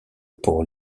pour